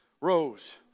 rose